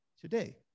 today